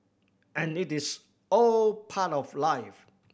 and it is all part of life